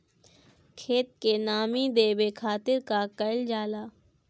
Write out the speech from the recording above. खेत के नामी देवे खातिर का कइल जाला?